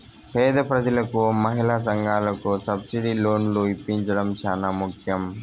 పేద ప్రజలకు మహిళా సంఘాలకు సబ్సిడీ లోన్లు ఇప్పించడం చానా ముఖ్యం